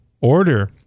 order